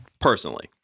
Personally